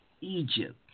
Egypt